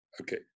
Okay